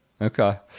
Okay